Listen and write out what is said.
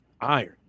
iron